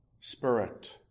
spirit